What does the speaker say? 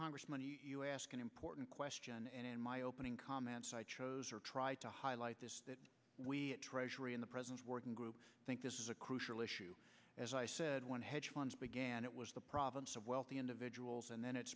congressman you ask an important question and in my opening comments i chose or tried to highlight that we at treasury in the president's working group think this is a crucial issue as i said when hedge funds began it was the province of wealthy individuals and then it